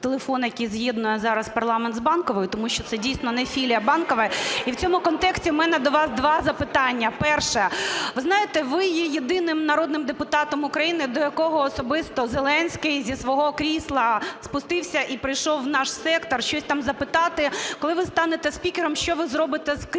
телефон, який з'єднує зараз парламент з Банковою, тому що це дійсно не філія Банкової. І в цьому контексті у мене до вас два запитання. Перше. Ви знаєте, ви є єдиним народним депутатом України, до якого особисто Зеленський зі свого крісла спустився і прийшов в наш сектор щось там запитати. Коли ви станете спікером, що ви зробите з кріслом